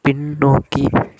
பின்னோக்கி